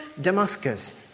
Damascus